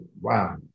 wow